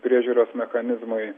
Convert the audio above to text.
priežiūros mechanizmai